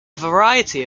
variety